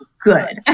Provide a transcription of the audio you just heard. good